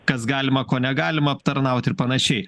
kas galima ko negalima aptarnauti ir panašiai